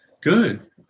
Good